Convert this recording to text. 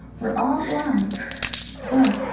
we're all blind but